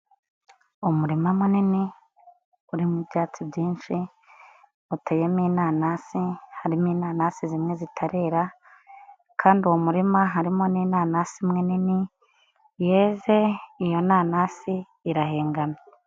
Umurima munini urimo ibyatsi byinshi uteyemo inanasi, harimo inanasi zimwe zitarera kandi uwo murima harimo n'inanasi imwe nini yeze, iyo nanasi irahegamye.